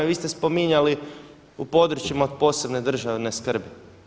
Vi ste spominjali u područjima od posebne državne skrbi.